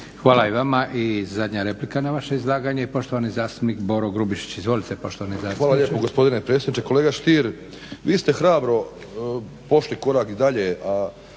Hvala i vama. I zadnja replika na vaše izlaganje, poštovani zastupnik Boro Grubišić. Izvolite poštovani zastupniče. **Grubišić, Boro (HDSSB)** Hvala lijepa gospodine predsjedniče. Kolega Stier, vi ste hrabro pošli korak dalje,